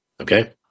Okay